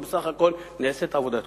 כי בסך הכול נעשית עבודה קודש.